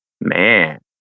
Man